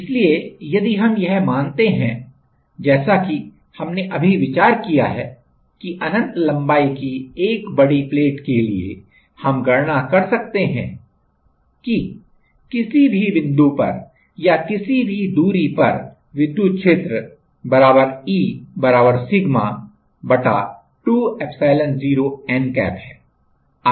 इसलिए यदि हम यह माने हैं जैसा कि हमने अभी विचार किया है कि अनंत लम्बाई की एक बड़ी प्लेट के लिए हम गणना कर सकते हैं कि किसी भी बिंदु पर या किसी भी दूरी पर विद्युत क्षेत्र E sigma 2 epsilon n cap है